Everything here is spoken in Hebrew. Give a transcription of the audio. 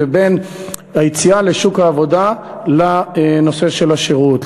בין היציאה לשוק העבודה לנושא של השירות.